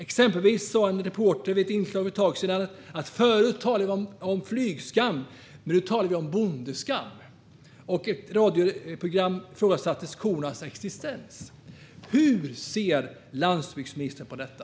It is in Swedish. Exempelvis sa en reporter i ett inslag för ett tag sedan: Förut talade vi om flygskam, men nu talar vi om bondeskam. Och i ett radioprogram ifrågasattes kornas existens. Hur ser landsbygdsministern på detta?